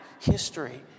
history